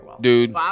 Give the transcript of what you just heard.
Dude